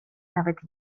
nawet